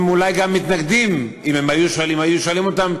ואולי גם היו מתנגדים אם היו שואלים אותם,